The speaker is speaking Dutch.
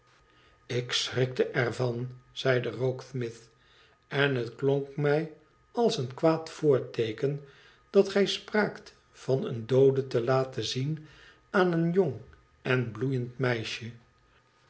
ik schrikte er van zeide rokesmith ten het klonk mij als een kwaad voorteeken dat gij spraakt van een doode te laten zien aan een jong en bloeiend meisje